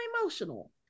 emotional